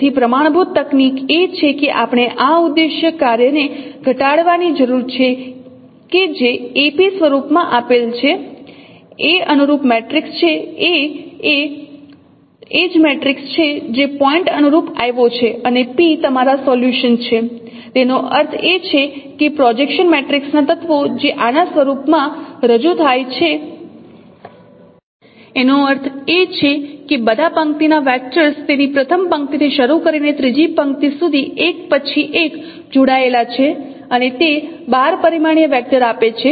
તેથી પ્રમાણભૂત તકનીક એ છે કે આપણે આ ઉદ્દેશ્ય કાર્યને ઘટાડવાની જરૂર છે કે જે Ap સ્વરૂપમાં આપેલ છે A અનુરૂપ મેટ્રિક્સ છે A એ જ મેટ્રિક્સ છે જે પોઇન્ટ અનુરૂપ આવ્યો છે અને p તમારા સોલ્યુશન છે તેનો અર્થ એ કે પ્રોજેક્શન મેટ્રિક્સ ના તત્વો જે આના સ્વરૂપમાં રજૂ થાય છે એનો અર્થ એ કે બધા પંક્તિના વેક્ટર્સ તેની પ્રથમ પંક્તિથી શરૂ કરીને ત્રીજી પંક્તિ સુધી એક પછી એક જોડાયેલા છે અને તે 12 પરિમાણીય વેક્ટર આપે છે